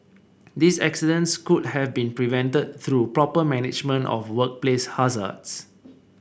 these accidents could have been prevented through proper management of workplace hazards